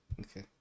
Okay